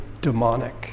demonic